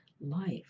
life